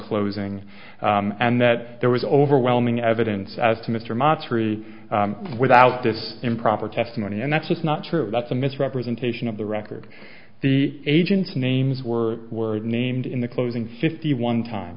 closing and that there was overwhelming evidence as to mr matsuri without this improper testimony and that's just not true that's a misrepresentation of the record the agent's names were were named in the closing fifty one